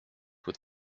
with